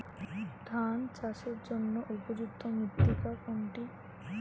ধান চাষের জন্য উপযুক্ত মৃত্তিকা কোনটি?